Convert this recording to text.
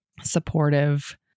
supportive